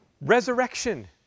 Resurrection